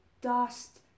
dust